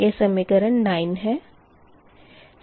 यह समीकरण 9 है